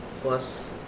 plus